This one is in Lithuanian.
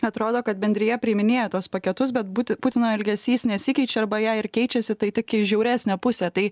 atrodo kad bendrija priiminėja tuos paketus bet buti putino elgesys nesikeičia arba jei ir keičiasi tai tik į žiauresnę pusę tai